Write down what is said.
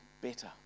better